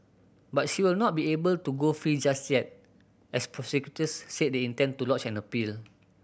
but she will not be able to go free just yet as prosecutors said they intend to lodge an appeal